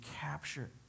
capture